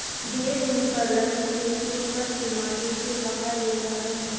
ढेर बुनी परला से खेत के उपर के माटी के बहा ले जाला